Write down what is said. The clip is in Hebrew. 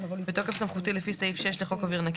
בתוקף סמכותי לפי סעיף 6 לחוק אוויר נקי,